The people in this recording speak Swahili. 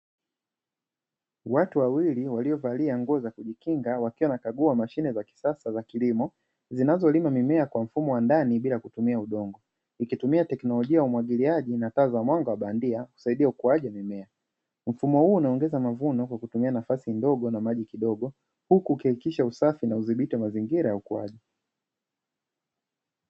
Watu wawili waliovalia nguo za kujikinga wakiwa wanakagua mashine za kisasa za kilimo, zinazolima mimea kwa mfumo wa ndani bila kutumia udongo, ikitumia teknolojia ya umwagiliaji na taa za mwanga wa bandia, kusaidia ukuaji wa mimea. Mfumo huu unaongeza mavuno kwa kutumia nafasi ndogo na maji kidogo, huku ikihakikisha usafi na udhibiti wa mazingira ya ukuaji.